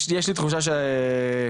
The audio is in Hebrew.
יש לי תחושה ככה,